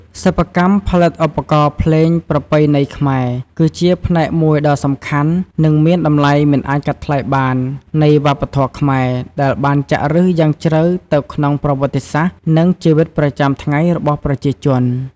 សិប្បកម្មផលិតឧបករណ៍ភ្លេងប្រពៃណីខ្មែរ គឺជាផ្នែកមួយដ៏សំខាន់ និងមានតម្លៃមិនអាចកាត់ថ្លៃបាននៃវប្បធម៌ខ្មែរ ដែលបានចាក់ឫសយ៉ាងជ្រៅទៅក្នុងប្រវត្តិសាស្ត្រ និងជីវិតប្រចាំថ្ងៃរបស់ប្រជាជន។